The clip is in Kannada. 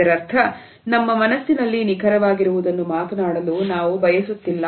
ಇದರರ್ಥ ನಮ್ಮ ಮನಸ್ಸಿನಲ್ಲಿ ನಿಖರವಾಗಿರುವುದನ್ನು ಮಾತನಾಡಲು ನಾವು ಬಯಸುವುದಿಲ್ಲ